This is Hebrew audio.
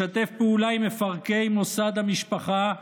לשתף פעולה עם מפרקי מוסד המשפחה,